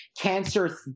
cancer